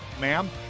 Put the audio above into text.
ma'am